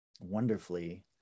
wonderfully